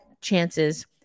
chances